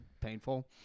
painful